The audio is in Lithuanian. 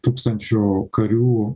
tūkstančių karių